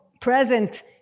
present